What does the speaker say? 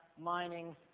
mining